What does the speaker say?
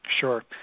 Sure